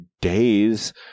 days